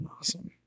Awesome